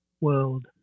world